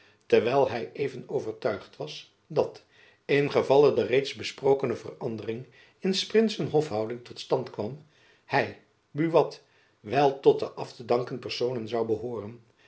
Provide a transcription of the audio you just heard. terwijl hy even overtuigd was dat ingevalle de reeds besprokene verandering in s prinsen hofhouding tot stand kwam hy buat wel tot de af te danken personen zoû behooren